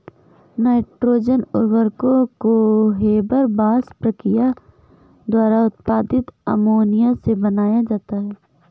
nitrogen उर्वरकों को Haber Bosch प्रक्रिया द्वारा उत्पादित अमोनिया से बनाया जाता है